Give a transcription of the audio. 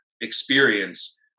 experience